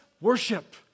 worship